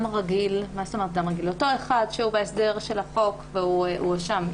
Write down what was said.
שבהסדר של החוק והואשם,